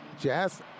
Jazz